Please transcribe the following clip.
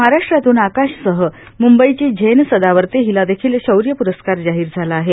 महाराष्ट्रातून आकाशसह मुंबईची झेन सदावर्ते हिला देखील शौर्य प्रस्कार जाहीर झाला आहे